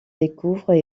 découvrent